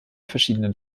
verschiedenen